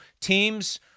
teams